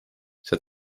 see